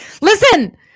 Listen